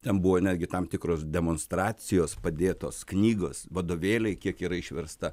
ten buvo netgi tam tikros demonstracijos padėtos knygos vadovėliai kiek yra išversta